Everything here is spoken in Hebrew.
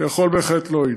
שיכול בהחלט להועיל.